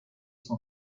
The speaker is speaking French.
son